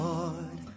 Lord